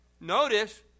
Notice